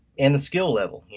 and the skill level.